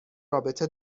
رابطه